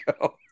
go